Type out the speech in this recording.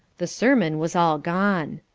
the sermon was all gone.